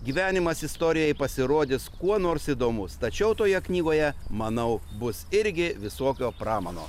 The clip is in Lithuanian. gyvenimas istorijai pasirodys kuo nors įdomus tačiau toje knygoje manau bus irgi visokio pramano